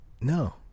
No